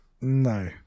No